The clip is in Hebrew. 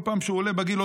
וכל פעם שהוא עולה בגיל,